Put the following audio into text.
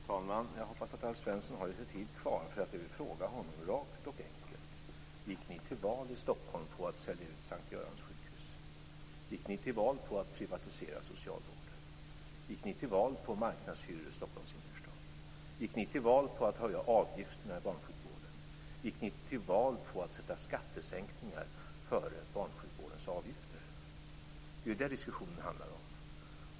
Fru talman! Jag hoppas att Alf Svensson har lite talartid kvar. Jag vill nämligen fråga honom, rakt och enkelt: Gick ni till val i Stockholm på att sälja ut Sankt Görans sjukhus? Gick ni till val på att privatisera socialvården? Gick ni till val på marknadshyror i Stockholms innerstad? Gick ni till val på att höja avgifterna i barnsjukvården? Gick ni till val på att sätta skattesänkningar före barnsjukvårdens avgifter? Det är det diskussionen handlar om.